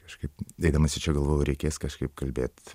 kažkaip eidamas į čia galvojau reikės kažkaip kalbėt